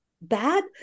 bad